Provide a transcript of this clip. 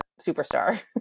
superstar